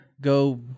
Go